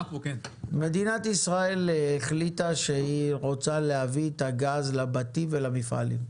מדינת ישראל החליטה שהיא רוצה להביא את הגז לבתים ולמפעלים.